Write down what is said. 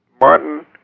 Martin